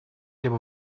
либо